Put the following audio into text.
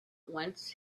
once